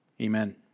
Amen